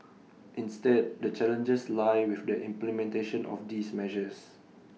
instead the challenges lie with the implementation of these measures